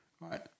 Right